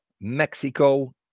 Mexico